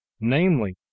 Namely